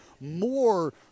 more